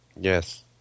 Yes